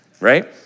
Right